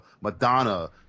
Madonna